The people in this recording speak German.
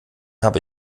habe